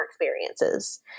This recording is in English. experiences